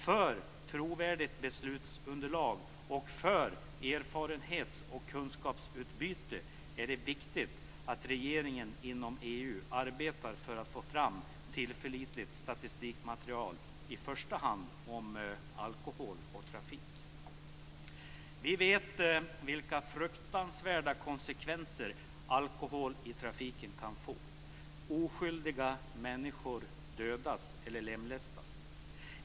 För trovärdigt beslutsunderlag och för erfarenhetsoch kunskapsutbyte är det viktigt att regeringen inom EU arbetar för att få fram tillförlitligt statistikmaterial, i första hand om alkohol och trafik. Vi vet vilka fruktansvärda konsekvenser alkohol i trafiken kan få. Oskyldiga människor dödas eller lemlästas.